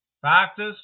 practice